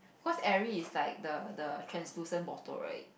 because Airy is like the the translucent bottle right